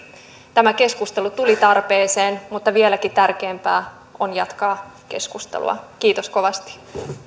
tämä keskustelu tuli tarpeeseen mutta vieläkin tärkeämpää on jatkaa keskustelua kiitos kovasti